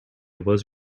was